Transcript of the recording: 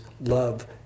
love